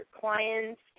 clients